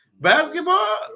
Basketball